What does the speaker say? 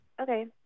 Okay